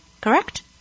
Correct